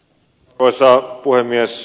arvoisa puhemies